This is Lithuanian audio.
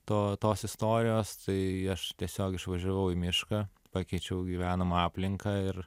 to tos istorijos tai aš tiesiog išvažiavau į mišką pakeičiau gyvenamą aplinką ir